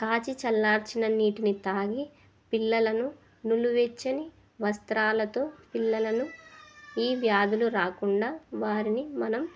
కాచి చల్లార్చిన నీటిని తాగి పిల్లలను నులివెచ్చని వస్త్రాలతో పిల్లలను ఈ వ్యాధులు రాకుండా వారిని మనం